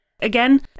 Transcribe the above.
again